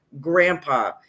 Grandpa